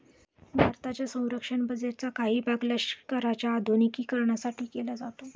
भारताच्या संरक्षण बजेटचा काही भाग लष्कराच्या आधुनिकीकरणासाठी खर्च केला जातो